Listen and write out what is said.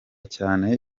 cyane